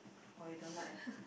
oh you don't like !huh!